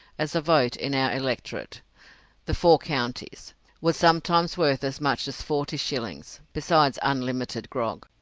as a vote in our electorate the four counties was sometimes worth as much as forty shillings, besides unlimited grog.